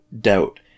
doubt